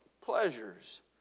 pleasures